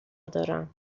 دارم